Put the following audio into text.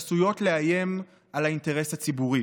שעשויות לאיים על האינטרס הציבורי.